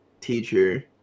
teacher